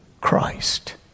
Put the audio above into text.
Christ